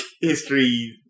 history